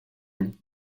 any